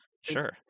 Sure